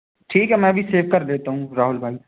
ठीक है मैं भी सेव कर देता हूँ राहुल भाई